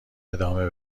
ادامه